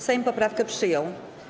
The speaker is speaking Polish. Sejm poprawkę przyjął.